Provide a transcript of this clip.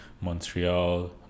Montreal